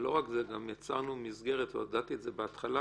ולא רק זה, גם יצרנו מסגרת והודעתי את זה בהתחלה